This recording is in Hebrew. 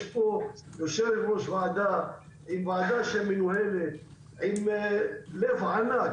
יושב-ראש ועדה, ועדה שמיועדת, עם לב ענק.